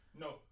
No